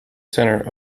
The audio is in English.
centre